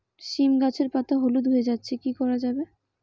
সীম গাছের পাতা হলুদ হয়ে যাচ্ছে কি করা যাবে?